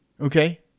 okay